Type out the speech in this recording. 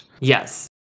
Yes